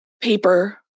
paper